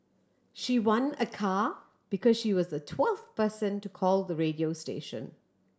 she won a car because she was the twelfth person to call the radio station